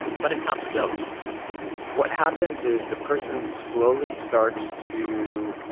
but it comes close what happens is the person slowly starts to